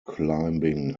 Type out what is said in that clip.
climbing